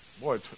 Boy